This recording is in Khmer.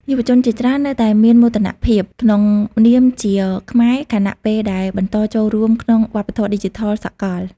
យុវជនជាច្រើននៅតែមានមោទនភាពក្នុងនាមជាខ្មែរ ខណៈពេលដែលបន្តចូលរួមក្នុងវប្បធម៌ឌីជីថលសកល។